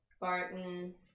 Barton